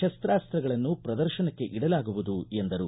ಶಸ್ತಾಸ್ತಗಳನ್ನು ಪ್ರದರ್ಶನಕ್ಕೆ ಇಡಲಾಗುವುದು ಎಂದರು